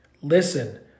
Listen